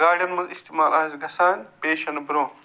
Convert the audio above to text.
گاڑٮ۪ن منٛز اِستعمال آسہِ گَژھان پیش یِنہٕ برٛونٛہہ